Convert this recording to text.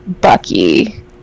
Bucky